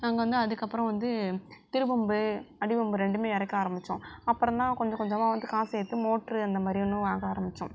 நாங்கள் வந்து அதுக்கப்புறம் வந்து திருப்பம்பு அடிப்பம்பு ரெண்டுமே இறக்க ஆரம்பித்தோம் அப்புறந்தான் கொஞ்ச கொஞ்சமாக வந்து காசு சேர்த்து மோட்டரு அந்த மாதிரி ஒன்று வாங்க ஆரம்பித்தோம்